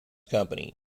company